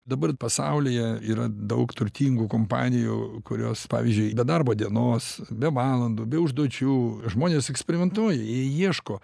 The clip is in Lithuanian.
dabar pasaulyje yra daug turtingų kompanijų kurios pavyzdžiui be darbo dienos be valandų be užduočių žmonės eksperimentuoja jie ieško